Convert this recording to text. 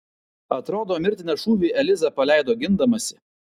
atrodo mirtiną šūvį eliza paleido gindamasi